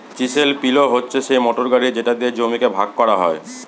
chisel পিলও হচ্ছে সিই মোটর গাড়ি যেটা দিয়ে জমিকে ভাগ করা হয়